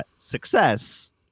success